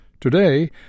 Today